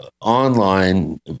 online